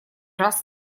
раз